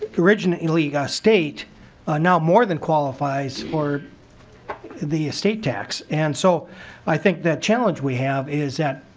originally a like state now more than qualifys for the estate tax. and so i think that challenge we have is that